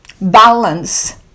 balance